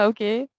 Okay